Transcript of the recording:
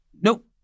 nope